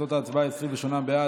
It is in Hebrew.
תוצאות ההצבעה: 28 בעד,